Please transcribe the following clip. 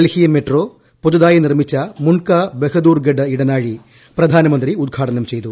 Delhi metro പുതുതായി നിർമ്മിച്ച മുണ്ട്ക ബഹുദൂർഗഡ് ഇടനാഴി പ്രധാനമന്ത്രി ഉദ്ഘാടനം ചെയ്തു